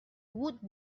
woot